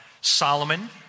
Solomon